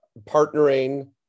partnering